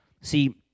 See